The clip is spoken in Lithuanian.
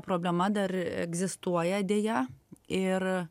problema dar egzistuoja deja ir